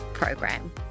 program